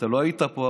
אתה לא היית פה,